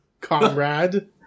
Comrade